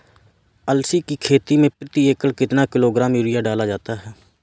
अलसी की खेती में प्रति एकड़ कितना किलोग्राम यूरिया डाला जाता है?